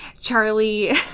Charlie